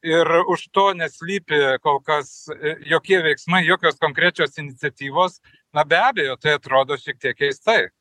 ir už to neslypi kol kas jokie veiksmai jokios konkrečios iniciatyvos na be abejo tai atrodo šiek tiek keistai